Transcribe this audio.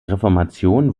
reformation